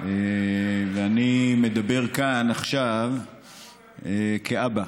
ואני מדבר כאן עכשיו כאבא